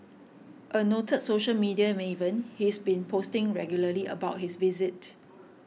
a noted social media maven he's been posting regularly about his visit